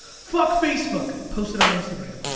fuck facebook, posted on instagram.